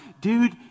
dude